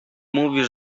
mówi